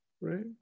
Right